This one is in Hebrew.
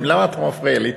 למה אתה מפריע לי?